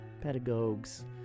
Pedagogues